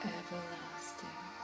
everlasting